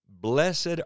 Blessed